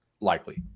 likely